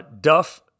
Duff